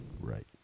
Right